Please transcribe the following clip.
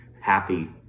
happy